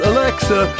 Alexa